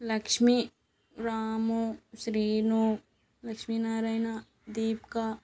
Lakshmi Ramu Srinu Lakshminarayana Deepika